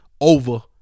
over